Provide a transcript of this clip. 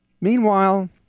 Meanwhile